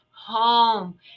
home